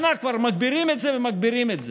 שנה כבר מגבירים את זה ומגבירים את זה.